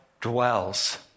Dwells